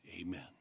amen